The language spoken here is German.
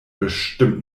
bestimmt